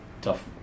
tough